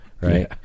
Right